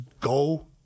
go